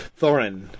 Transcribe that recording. Thorin